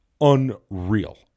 unreal